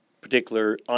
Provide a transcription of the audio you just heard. particular